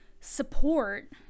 support